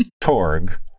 Torg